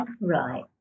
Right